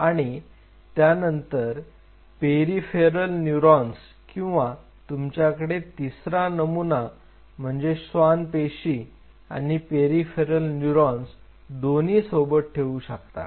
आणि त्यानंतर peripheral neurons किंवा तुमच्याकडे तिसरा नमुना म्हणजे स्वान पेशी आणि पेरिफेरल न्यूरॉन्स दोन्ही सोबत ठेवू शकता